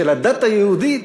של הדת היהודית,